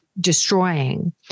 destroying